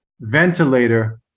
ventilator